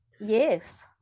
yes